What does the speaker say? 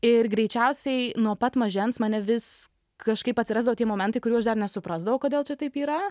ir greičiausiai nuo pat mažens mane vis kažkaip atsirasdavo tie momentai kurių aš dar nesuprasdavau kodėl čia taip yra